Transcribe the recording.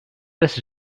this